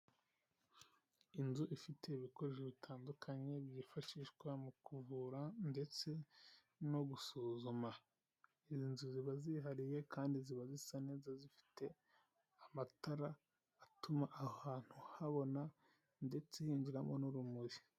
Inzu ifite ibikoresho bitandukanye byifashishwa mu kuvura ndetse no gusuzuma. Izi nzu ziba zihariye, kandi ziba zisa neza, zifite amatara atuma ahantu habona, ndetse hinjiramo n'urumuri.